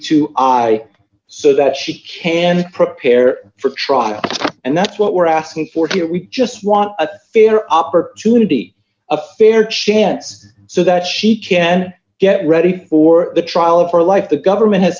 two i so that she can prepare d for trial and that's what we're asking for here we just want a fair opportunity a fair chance so that she can get ready for the trial of her life the government ha